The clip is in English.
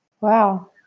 Wow